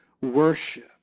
worship